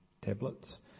tablets